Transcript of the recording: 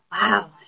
wow